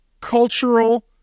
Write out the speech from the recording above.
cultural